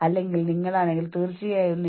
അല്ലെങ്കിൽ നിങ്ങൾക്ക് വളരെയധികം ജോലിഭാരമുണ്ട്